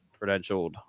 credentialed